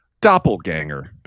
Doppelganger